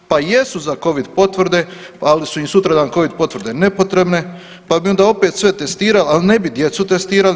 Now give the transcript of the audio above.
Pa jesu za covid potvrde, ali su im sutradan covid potvrde nepotrebne, pa bi onda opet sve testirali, ali ne bi djecu testirali.